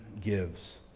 gives